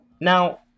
now